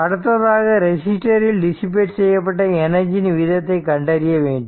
அடுத்ததாக ரெசிஸ்டர் இல் டிசிபேட் செய்யப்பட்ட எனர்ஜி இன் விகிதத்தை கண்டறிய வேண்டும்